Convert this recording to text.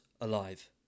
alive